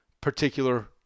particular